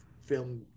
film